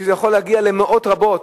שזה יכול להגיע למאות רבות,